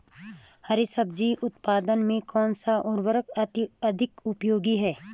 हरी सब्जी उत्पादन में कौन सा उर्वरक अत्यधिक उपयोगी है?